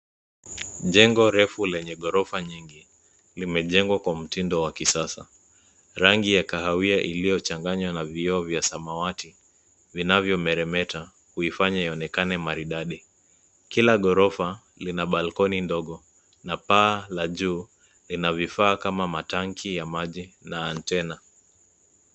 Jengo refu lenye ghorofa nyingi, limejengwa kwa mtindo wa kisasa. Rangi ya kahawia iliyochanganywa na vioo vya rangi ya samawati vinavyomeremeta huifanya ionekane maridadi. Kila ghorofa ina (cs)balcony(cs) ndogo. Na paa ya juu ina vifaa kama matanki ya maji na antena.